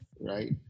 right